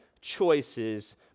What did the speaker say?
choices